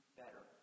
better